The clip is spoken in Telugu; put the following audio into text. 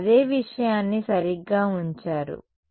మీరు అదే విషయాన్ని సరిగ్గా ఉంచారు